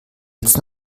jetzt